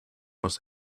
was